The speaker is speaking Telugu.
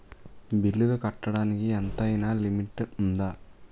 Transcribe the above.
బిల్లులు కట్టడానికి ఎంతైనా లిమిట్ఉందా?